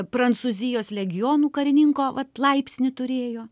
prancūzijos legionų karininko vat laipsnį turėjo